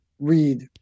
read